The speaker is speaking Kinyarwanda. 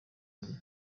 munwa